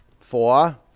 Four